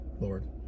Lord